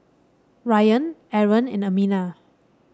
Ryan Aaron and Aminah